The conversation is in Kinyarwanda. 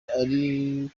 ari